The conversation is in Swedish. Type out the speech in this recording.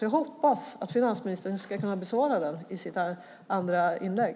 Jag hoppas att finansministern kommer att besvara den i sitt andra inlägg.